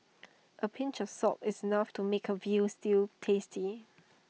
A pinch of salt is enough to make A Veal Stew tasty